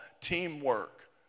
teamwork